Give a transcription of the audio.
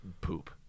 poop